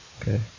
Okay